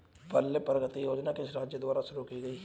पल्ले प्रगति योजना किस राज्य द्वारा शुरू की गई है?